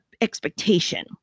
expectation